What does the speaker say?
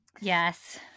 Yes